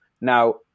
Now